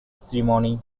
ceremony